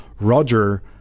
Roger